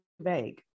vague